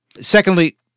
Secondly